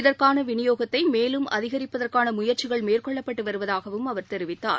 இதற்கானவிநியோகத்தைமேலும் அதிகரிப்பதற்கானமுயற்சிகள் மேற்கொள்ளப்பட்டுவருவதாகவும் அவர் தெரிவித்தார்